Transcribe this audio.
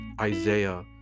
isaiah